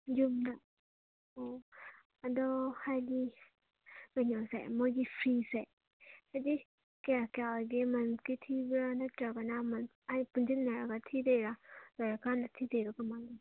ꯌꯨꯝꯗ ꯑꯣ ꯑꯗꯣ ꯍꯥꯏꯗꯤ ꯀꯩꯅꯣꯁꯦ ꯃꯣꯏꯒꯤ ꯐꯤꯁꯦ ꯍꯥꯏꯗꯤ ꯀꯌꯥ ꯀꯌꯥ ꯑꯣꯏꯒꯦ ꯃꯟꯀꯤ ꯊꯤꯕ꯭ꯔ ꯅꯠꯇ꯭ꯔꯒꯅ ꯄꯨꯟꯁꯤꯟꯅꯔꯒ ꯊꯤꯗꯣꯏꯔ ꯂꯣꯏꯔ ꯀꯥꯟꯗ ꯊꯤꯗꯣꯏꯔ ꯀꯃꯥꯏꯅ